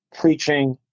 preaching